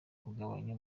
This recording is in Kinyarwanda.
kugabanya